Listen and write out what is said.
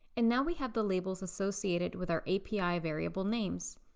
and now we have the labels associated with our api variable names!